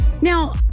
Now